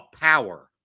power